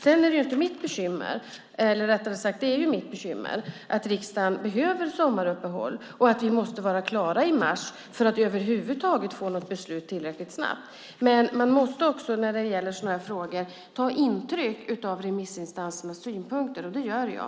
Sedan är det mitt bekymmer att riksdagen behöver sommaruppehåll och att vi måste vara klara i mars för att över huvud taget få något beslut tillräckligt snabbt. Men man måste också när det gäller sådana här frågor ta intryck av remissinstansernas synpunkter, och det gör jag.